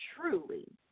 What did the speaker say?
truly